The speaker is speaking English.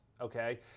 okay